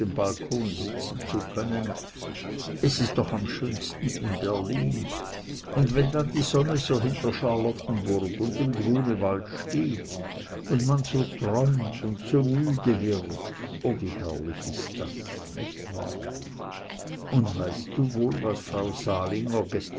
balkon sitzen zu können es ist doch am schönsten in berlin und wenn dann die sonne so hinter charlottenburg und dem grunewald steht und man so träumt und so müde wird oh wie herrlich ist das nicht wahr und weißt du wohl was frau salinger